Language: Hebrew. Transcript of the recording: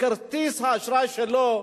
בכרטיס האשראי שלו,